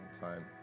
time